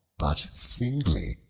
but singly,